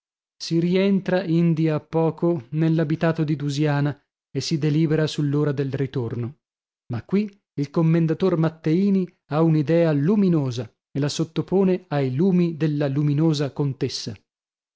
si rientra indi a poco nell'abitato di dusiana e si delibera sull'ora del ritorno ma qui il commendator matteini ha un'idea luminosa e la sottopone ai lumi della luminosa contessa